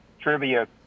trivia